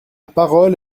parole